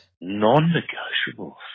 Non-negotiables